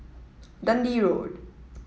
Dundee Road